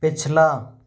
पिछला